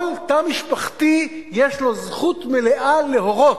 כל תא משפחתי, יש לו זכות משפחתית להורות.